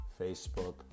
Facebook